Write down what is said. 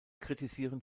kritisieren